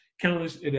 Countless